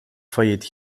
failliet